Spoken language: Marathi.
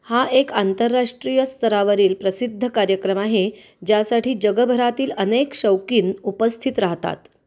हा एक आंतरराष्ट्रीय स्तरावरील प्रसिद्ध कार्यक्रम आहे ज्यासाठी जगभरातील अनेक शौकीन उपस्थित राहतात